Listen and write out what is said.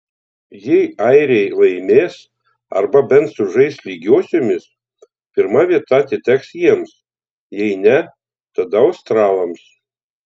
jei airiai laimės arba bent sužais lygiosiomis pirma vieta atiteks jiems jei ne tada australams